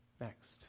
Next